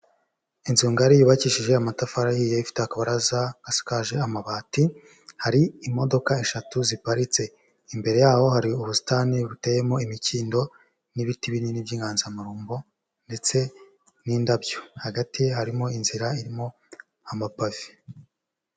Inzu ngari yubakishije amatafari ahiye, ifite akabaraza gasakaje amabati, hari imodoka eshatu ziparitse, imbere yaho hari ubusitani buteyemo imikindo n'ibiti binini by'inganzamarumbo ndetse n'indabyo, hagati harimo inzira irimo amapave.